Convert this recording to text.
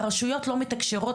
והרשויות לא מתקשרות,